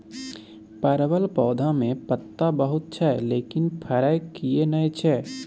परवल पौधा में पत्ता बहुत छै लेकिन फरय किये नय छै?